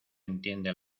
entiende